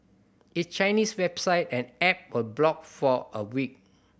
its Chinese website and app were blocked for a week